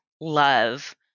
love